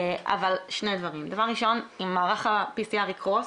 אם מערך ה- PCRיקרוס,